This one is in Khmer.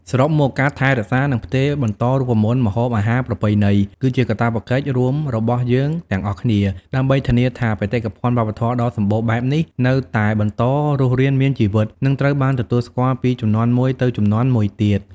សរុបមក ការថែរក្សា និងផ្ទេរបន្តរូបមន្តម្ហូបអាហារប្រពៃណី គឺជាកាតព្វកិច្ចរួមរបស់យើងទាំងអស់គ្នា ដើម្បីធានាថាបេតិកភណ្ឌវប្បធម៌ដ៏សម្បូរបែបនេះនៅតែបន្តរស់រានមានជីវិត និងត្រូវបានទទួលស្គាល់ពីជំនាន់មួយទៅជំនាន់មួយទៀត។